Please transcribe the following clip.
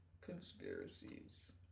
conspiracies